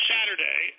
Saturday